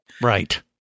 Right